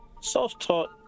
Self-taught